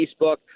facebook